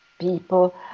people